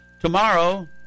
Tomorrow